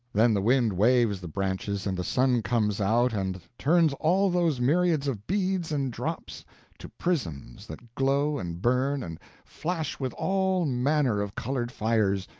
then the wind waves the branches and the sun comes out and turns all those myriads of beads and drops to prisms that glow and burn and flash with all manner of colored fires,